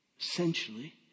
Essentially